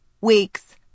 weeks